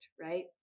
right